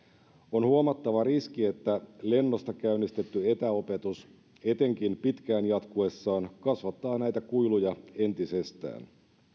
on huomattava riski että lennosta käynnistetty etäopetus etenkin pitkään jatkuessaan kasvattaa näitä kuiluja entisestään